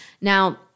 Now